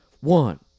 One